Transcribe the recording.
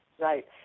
Right